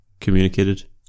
communicated